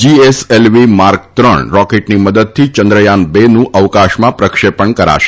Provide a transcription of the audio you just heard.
GSLV mark ત્રણ રોકેટની મદદથી ચંદ્રયાન બેનું અવકાશમાં પ્રક્ષેપણ કરાશે